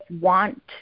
want